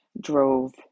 drove